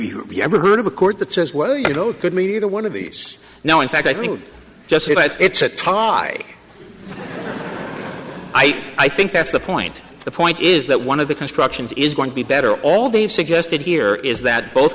you ever heard of a court that says well you know it could mean either one of these now in fact i think just about it's a t'ai chi i think that's the point the point is that one of the constructions is going to be better all they've suggested here is that both